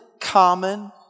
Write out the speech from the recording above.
common